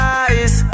eyes